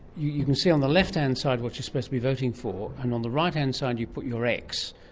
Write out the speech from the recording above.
you you can see on the left-hand side what you're supposed to be voting for, and on the right-hand side you put your x,